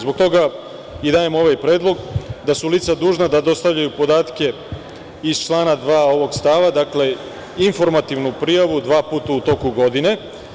Zbog toga i dajem ovaj predlog, da su lica dužna da dostavljaju podatke iz člana 2. ovog stava, informativnu prijavu dva puta u toku godine.